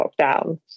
lockdown